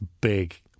big